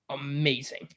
amazing